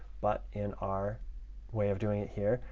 but in our way of doing it here,